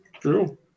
True